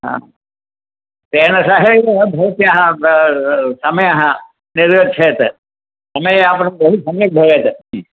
हा तेन सहैव भवत्याः समयः निर्गच्छेत् समययापनं तर्हि सम्यक् भवेत्